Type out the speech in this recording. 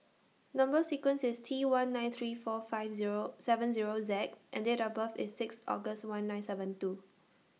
Number sequence IS T one nine three four five Zero seven Zero Z and Date of birth IS six August one nine seven two